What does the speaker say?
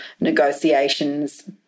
negotiations